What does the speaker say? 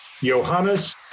Johannes